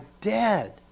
dead